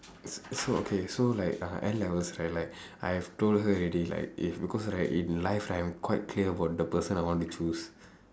so okay so like her N levels right like I have told her already like if because right in life right I am quite clear about the person I want to choose